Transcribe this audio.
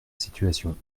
situation